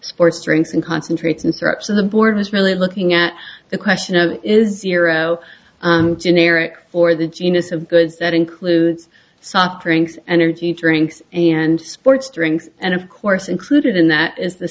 sports drinks and concentrates and threats of the board is really looking at the question of is hero generic for the genus of goods that includes soft drinks energy drinks and sports drinks and of course included in that is the